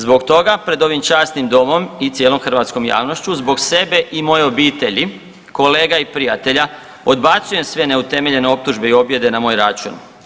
Zbog toga pred ovim časnim domom i cijelom hrvatskom javnošću, zbog sebe i moje obitelji, kolega i prijatelja odbacujem sve neutemeljene optužbe i objede na moj račun.